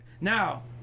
now